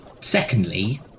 secondly